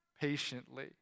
patiently